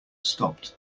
stopped